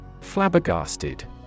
Flabbergasted